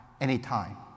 anytime